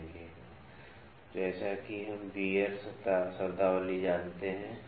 तो जैसा कि हम गियर शब्दावली जानते हैं